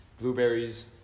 blueberries